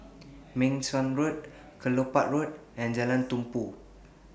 Meng Suan Road Kelopak Road and Jalan Tumpu